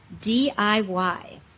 DIY